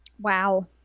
Wow